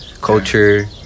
culture